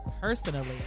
personally